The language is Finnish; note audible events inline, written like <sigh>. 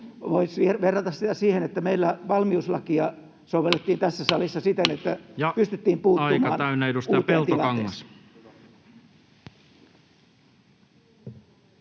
voisi verrata siihen, että meillä valmiuslakia sovellettiin <noise> tässä salissa siten, että pystyttiin puuttumaan [Puhemies: